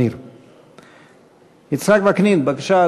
שם היא גם טופלה עד